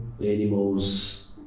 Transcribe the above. animals